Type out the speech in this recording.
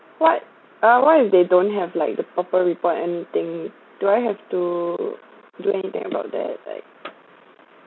what uh what if they don't have like the proper report anything do I have to do anything about that like